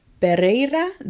Pereira